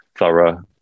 thorough